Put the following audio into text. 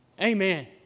Amen